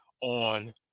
on